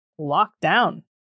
lockdown